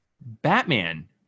Batman